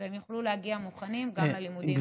והם יוכלו להגיע מוכנים גם ללימודים.